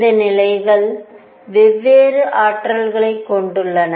இந்த நிலைகள் வெவ்வேறு ஆற்றல்களைக் கொண்டுள்ளன